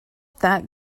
that